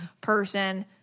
person